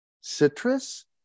citrus